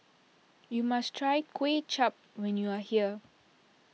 you must try Kuay Chap when you are here